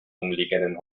umliegenden